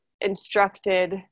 instructed